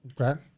Okay